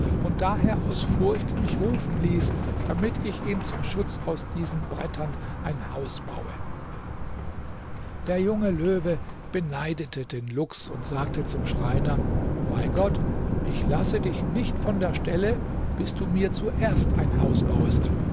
und daher aus furcht mich rufen ließ damit ich ihm zum schutz aus diesen brettern ein haus baue der junge löwe beneidete den luchs und sagte zum schreiner bei gott ich lasse dich nicht von der stelle bis du mir zuerst ein haus bauest